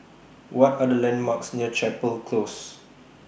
What Are The landmarks near Chapel Close